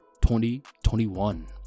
2021